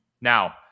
now